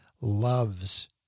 loves